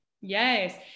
Yes